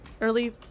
Early